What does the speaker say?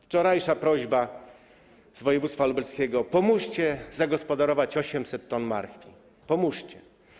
Wczorajsza prośba z województwa lubelskiego: pomóżcie zagospodarować 800 t marchwi, pomóżcie.